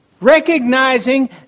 recognizing